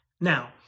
Now